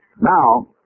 Now